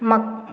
म्हाक